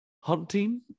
hunting